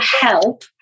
help